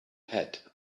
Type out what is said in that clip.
head